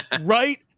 Right